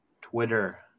Twitter